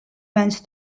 bands